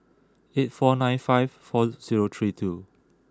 eight four nine five four zero three two